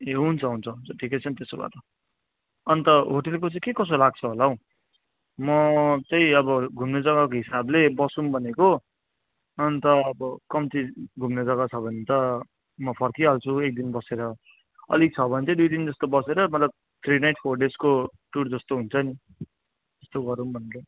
ए हुन्छ हुन्छ हुन्छ ठिकै छ नि त त्यसो भए त अन्त होटेलको चाहिँ के कसो लाग्छ होला हौ म चाहिँ अब घुम्ने जग्गाको हिसाबले बसौँ भनेको अन्त अब कम्ती घुम्ने जग्गा छ भने त म फर्किहाल्छु एकदिन बसेर अलिक छ भने चाहिँ दुई दिन जस्तो बसेर मतलब थ्री नाइट्स फोर डेजको टुर जस्तो हुन्छ नि त्यस्तो गरौँ भनेर